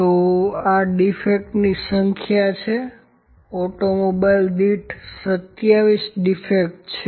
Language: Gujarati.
તો આ ડીફેક્ટની સંખ્યા છે ઓટોમોબાઈલ દીઠ 27 ડીફેક્ટ છે